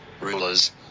rulers